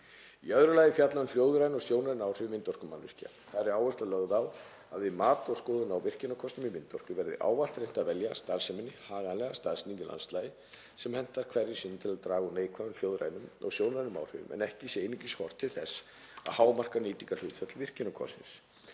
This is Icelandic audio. Í öðru lagi er fjallað um hljóðræn og sjónræn áhrif vindorkumannvirkja. Þar er áhersla lögð á að við mat og skoðun á virkjunarkostum í vindorku verði ávallt reynt að velja starfseminni haganlega staðsetningu í landslagi sem hentar hverju sinni til að draga úr neikvæðum hljóðrænum og sjónrænum áhrifum en ekki sé einungis horft til þess að hámarka nýtingarhlutfall virkjunarkostsins.